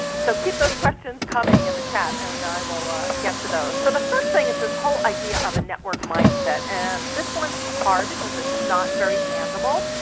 so keep those questions coming in the chat, and i will get to those. so the first thing is this whole idea of a networked mindset. and this one's hard because it's not very tangible,